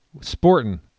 sporting